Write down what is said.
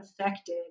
affected